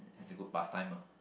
is a good past time ah